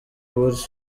buryo